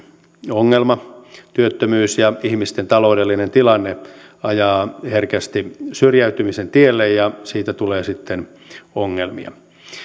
ongelma työttömyys ja ihmisten taloudellinen tilanne ajaa herkästi syrjäytymisen tielle ja siitä tulee sitten ongelmia